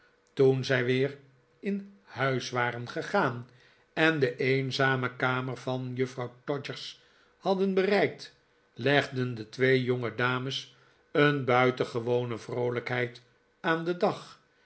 toen zij weer in huis waren gegaan en de eenzame kamer van juffrouw todgers hadden bereikt legden de twee jongedames een buitengewone vroolijkheid aan den dag